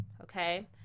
okay